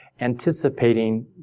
anticipating